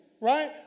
right